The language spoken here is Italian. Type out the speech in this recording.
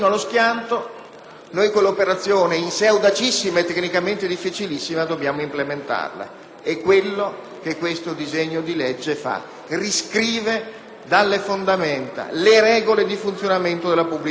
noi quell'operazione, in sé audacissima e tecnicamente difficilissima, dobbiamo implementarla. È quello che questo disegno di legge fa: riscrive dalle fondamenta le regole di funzionamento della pubblica amministrazione.